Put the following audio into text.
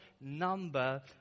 number